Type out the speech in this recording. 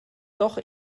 doch